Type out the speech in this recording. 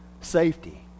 safety